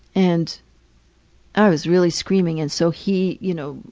and i was really screaming and so he, you know,